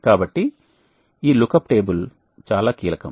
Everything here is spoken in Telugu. కాబట్టి ఈ శోధన పట్టిక చాలా కీలకం